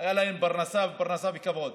הייתה פרנסה, ופרנסה בכבוד.